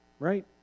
right